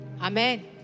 Amen